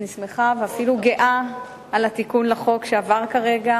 אני שמחה ואפילו גאה על התיקון לחוק שעבר כרגע.